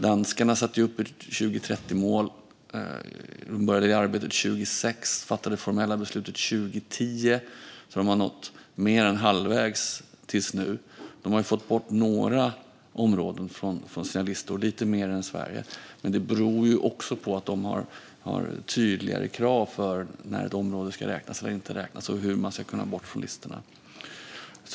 Danskarna satte upp ett 2030-mål. De började med detta arbete 2006 och fattade det formella beslutet 2010, så de har nått mer än halvvägs nu. De har fått bort några områden från sina listor, lite fler än Sverige, men det beror på att de har tydligare krav för när ett område ska räknas eller inte räknas och hur de ska komma bort från listorna.